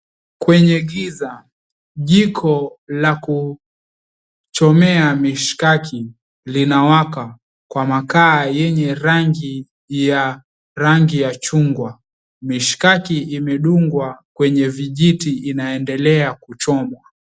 Kwenye giza, jiko la kuchomea mishikaki linawaka kwenye makaa ya rangi ya chungwa. Mishkaki imedungwa kwenye vijiti inaendelea kuchomwa.